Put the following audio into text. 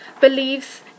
believes